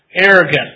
arrogant